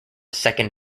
second